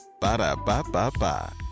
Ba-da-ba-ba-ba